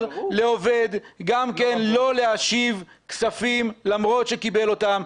לעובד גם כן לא להשיב כספים למרות שקיבל אותם.